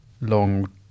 long